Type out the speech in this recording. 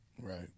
Right